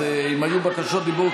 אז אם היו בקשות דיבור,